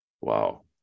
wow